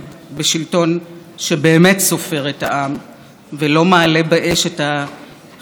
ולא מעלה באש את החזון הציוני הנאצל של מדינה יהודית ודמוקרטית.